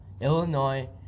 Illinois